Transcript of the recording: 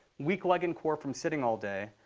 weak leg and core from sitting all day,